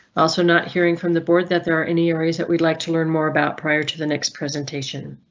also not hearing from the board that there are any areas that we'd like to learn more about prior to the next presentation.